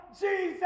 Jesus